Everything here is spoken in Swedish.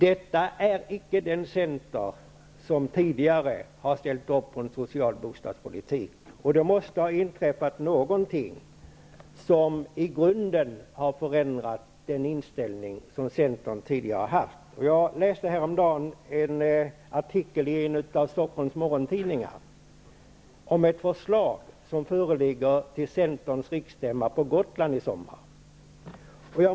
Detta är icke den Center som tidigare har ställt upp på en social bostadspolitik. Det måste ha inträffat någonting som i grunden har förändrat den inställning som Centern tidigare har haft. Jag läste häromdagen en artikel i en av Stockholms mogontidningar om ett förslag som föreligger till Centerns riksstämma på Gotland i sommar.